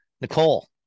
Nicole